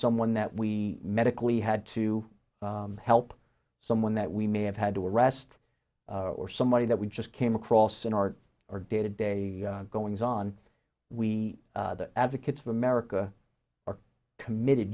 someone that we medically had to help someone that we may have had to arrest or somebody that we just came across in our our day to day goings on we are advocates of america are committed